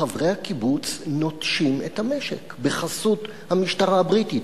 חברי הקיבוץ נוטשים את המשק בחסות המשטרה הבריטית.